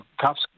cops